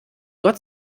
gott